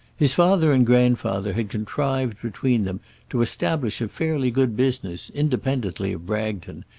his father and grandfather had contrived between them to establish a fairly good business, independently of bragton,